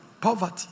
Poverty